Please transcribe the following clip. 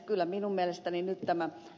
kyllä minun mielestäni nyt tämä ed